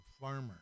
farmer